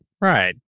right